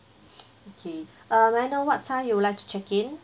okay uh may I know what time you would like to check-in